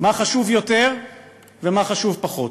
מה חשוב יותר ומה חשוב פחות.